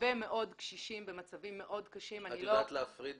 הרבה מאוד קשישים במצבים מאוד קשים --- את יודעת להפריד